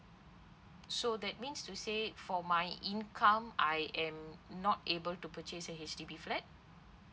so that means to say for my income I am not able to purchase a H_D_B flat